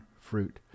fruit